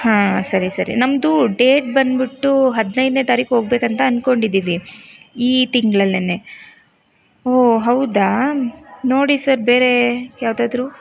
ಹಾಂ ಸರಿ ಸರಿ ನಮ್ಮದು ಡೇಟ್ ಬಂದ್ಬಿಟ್ಟು ಹದಿನೈದನೇ ತಾರೀಕು ಹೋಗಬೇಕಂತ ಅಂದ್ಕೊಂಡಿದ್ದೀವಿ ಈ ತಿಂಗ್ಳಲ್ಲೆ ಹೋ ಹೌದಾ ನೋಡಿ ಸರ್ ಬೇರೆ ಯಾವುದಾದ್ರು